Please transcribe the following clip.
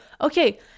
okay